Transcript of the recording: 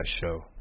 show